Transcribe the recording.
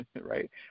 right